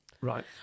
Right